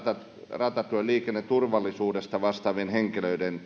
ratatyöliikenneturvallisuudesta vastaavien henkilöiden